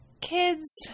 Kids